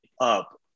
up